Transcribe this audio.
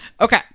Okay